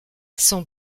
son